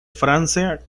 francia